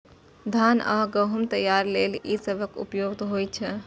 धान आ गहूम तैयारी लेल ई सबसं उपयुक्त होइ छै